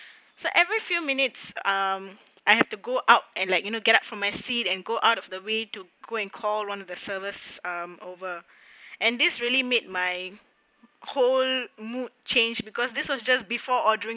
so every few minutes um I have to go out and like you know get out from my seat and go out of the way to go and call one of the servers mm over and this really made my whole mood change because this was just before ordering